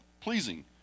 pleasing